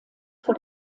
vor